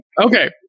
okay